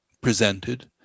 presented